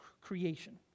creation